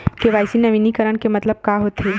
KYC नवीनीकरण के मतलब का होथे?